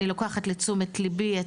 אני לוקחת לתשומת ליבי,